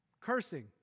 Cursing